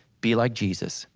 be like jesus,